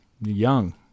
Young